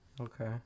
Okay